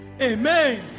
Amen